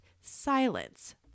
silence